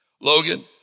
Logan